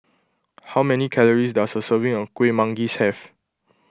how many calories does a serving of Kueh Manggis have